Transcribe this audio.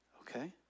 Okay